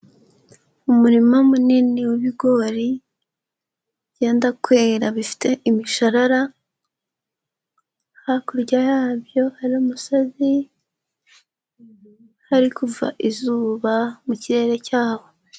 Umurima munini w'ibigori byenda kwera, bifite imisharara. Hakurya yabyo hari umusozi, hari kuva izuba mu kirere cyaho.